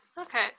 okay